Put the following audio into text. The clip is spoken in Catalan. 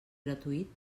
gratuït